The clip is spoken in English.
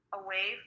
away